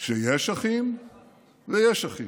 שיש אחים ויש אחים: